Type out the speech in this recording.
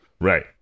Right